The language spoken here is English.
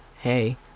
Hey